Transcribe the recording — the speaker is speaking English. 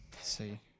see